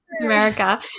America